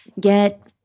get